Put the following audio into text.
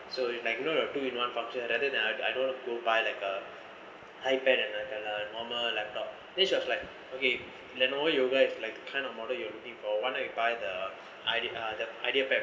so it's like you know you have two in one function rather than I I don't want to buy like a ipad and like a normal laptop then she was like okay lenovo yoga is like kind of model you are looking for why don't you buy the idea the idea